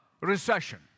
recession